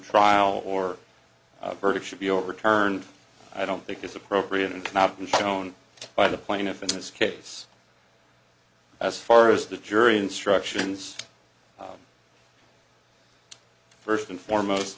trial or verdict should be overturned i don't think it's appropriate and cannot be shown by the plaintiff in this case as far as the jury instructions first and foremost